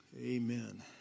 Amen